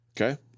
Okay